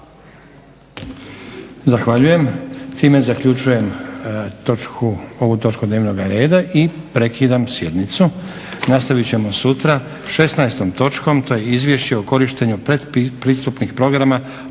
Zahvaljujem. Time zaključujem ovu točku dnevnoga reda i prekidam sjednicu. Nastavit ćemo sutra 16. točkom, to je Izvješće o korištenju pretpristupnih programa